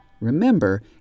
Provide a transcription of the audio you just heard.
remember